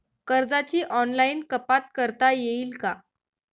कर्जाची ऑनलाईन कपात करता येईल का?